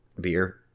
Beer